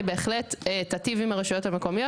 היא בהחלט תיטיב עם הרשויות המקומיות